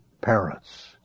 parents